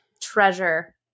treasure